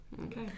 Okay